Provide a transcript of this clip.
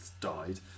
died